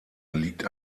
liegt